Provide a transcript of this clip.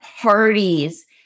parties